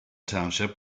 township